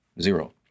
Zero